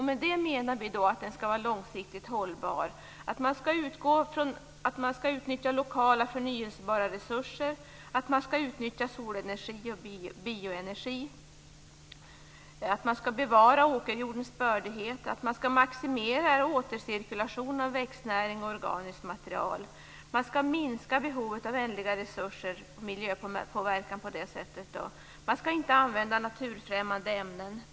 Med det menar vi att den skall vara långsiktigt hållbar, att man skall utnyttja lokala förnybara resurser, solenergi och bioenergi, bevara åkerjordens bördighet, maximera återcirkulation av växtnäring och organiskt material. Man skall minska behovet av ändliga resurser och miljöpåverkan på det sättet. Man skall inte använda naturfrämmande ämnen.